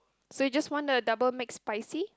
so you just want a double McSpicy